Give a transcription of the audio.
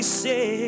say